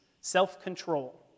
self-control